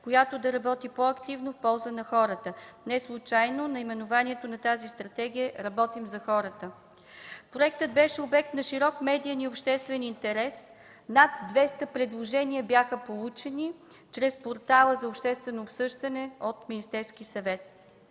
която да работи по-активно в полза на хората. Неслучайно наименованието на тази стратегия е „Работим за хората”. Проектът беше обект на широк медиен и обществен интерес. Над 200 предложения бяха получени чрез портала за обществено обсъждане в Министерския съвет.